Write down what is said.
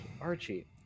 Archie